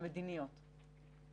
המדיניות שלו.